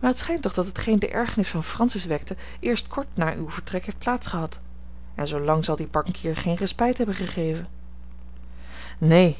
maar het schijnt toch dat hetgeen de ergernis van francis wekte eerst kort na uw vertrek heeft plaats gehad en zoolang zal die bankier geen respijt hebben gegeven neen